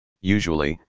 usually